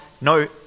no